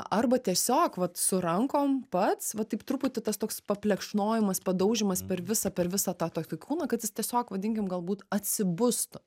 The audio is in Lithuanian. arba tiesiog vat su rankom pats va taip truputį tas toks paplekšnojimas padaužymas per visą per visą tą tokį kūną kad jis tiesiog vadinkim galbūt atsibustų